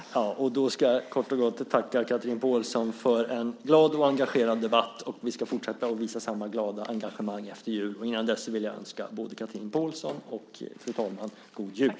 Fru talman! Jag ska kort och gott tacka Chatrine Pålsson Ahlgren för en glad och engagerad debatt. Vi ska fortsätta att visa samma glada engagemang efter jul. Innan dess vill jag önska både Chatrine Pålsson Ahlgren och fru talmannen god jul.